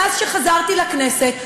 מאז חזרתי לכנסת,